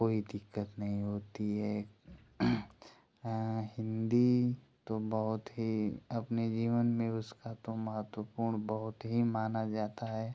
कोई दिक्कत नहीं होती है हाँ हिन्दी तो बहुत ही अपने जीवन में उसका तो महत्वपूर्ण बहुत ही माना जाता है